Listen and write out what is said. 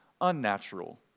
unnatural